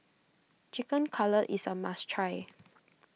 Chicken Cutlet is a must try